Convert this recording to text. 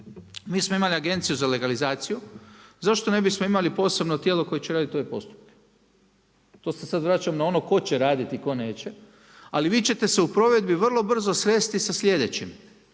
mi smo imali Agenciju za legalizaciju, zašto ne bismo imali posebno tijelo koje će raditi ove postupke. To se sad vraćam na ono tko će raditi, tko neće. Ali vi ćete se u provedbi vrlo brzo sresti sa sljedećim,